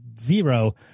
zero